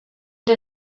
der